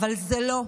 אבל זה לא.